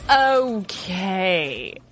Okay